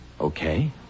Okay